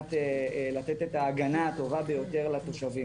מנת לתת את ההגנה הטובה ביותר לתושבים.